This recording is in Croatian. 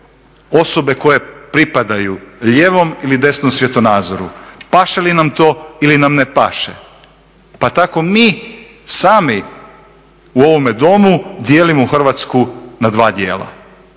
osobe koje pripadaju lijevom ili desnom svjetonazoru, paše li nam to ili nam ne paše. Pa tako mi sami u ovome Domu dijelimo Hrvatsku na dva dijela,